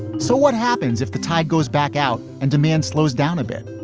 so what happens if the tie goes back out and demand slows down a bit?